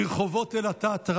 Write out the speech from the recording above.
לקבוע איזו ועדה.